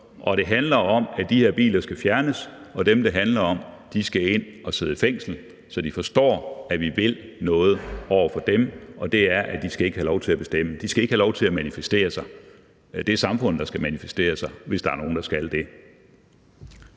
og det handler om, at de her biler skal fjernes, og at dem, det handler om, skal ind og sidde i fængsel, så de forstår, at vi vil noget over for dem, og det er, at de ikke skal have lov til at bestemme. De skal ikke have lov til at manifestere sig. Det er samfundet, der skal manifestere sig, hvis der er nogen, der skal det.